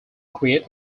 create